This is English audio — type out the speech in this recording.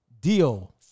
deal